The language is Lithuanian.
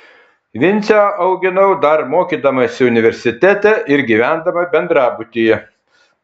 vincę auginau dar mokydamasi universitete ir gyvendama bendrabutyje